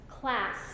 class